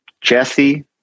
Jesse